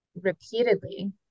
repeatedly